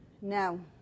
No